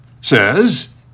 says